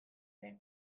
ere